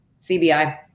CBI